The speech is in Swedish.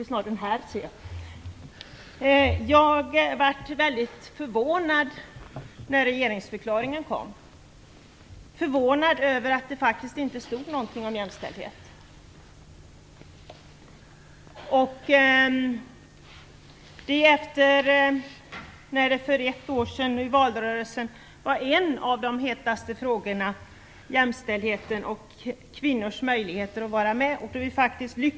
Jag blev mycket förvånad när regeringsförklaringen kom. Jag blev förvånad över att det faktiskt inte stod någonting om jämställdhet. I valrörelsen, för ett år sedan, var jämställdheten och kvinnors möjligheter att vara med en av de hetaste frågorna.